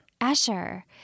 Asher